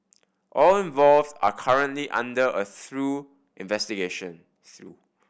all involved are currently under a through investigation